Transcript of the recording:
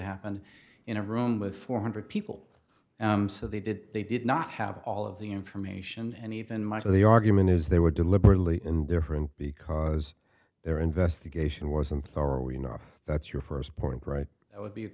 happened in a room with four hundred people so they did they did not have all of the information and even much of the argument is they were deliberately indifferent because their investigation wasn't thorough enough that's your first point right that would be